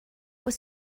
was